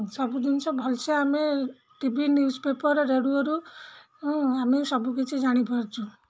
ସବୁ ଜିନିଷ ଭଲସେ ଆମେ ଟିଭି ନ୍ୟୁଜ୍ ପେପର୍ ରେଡ଼ିଓରୁ ଆମେ ସବୁକିଛି ଜାଣିପାରୁଛୁ